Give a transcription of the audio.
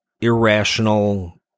irrational